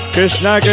Krishna